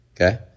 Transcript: Okay